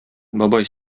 бабай